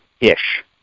Ish